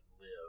live